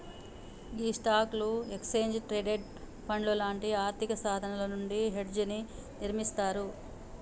గీ స్టాక్లు, exchange traded పండ్లు లాంటి ఆర్థిక సాధనాలు నుండి హెడ్జ్ ని నిర్మిస్తారు